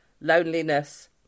loneliness